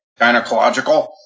Gynecological